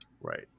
Right